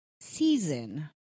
season